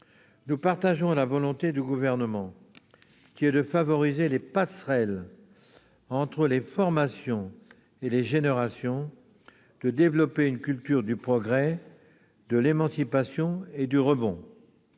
Nous partageons la volonté du Gouvernement de favoriser les passerelles entre les formations et les générations, de développer une culture du progrès, de l'émancipation et du rebond.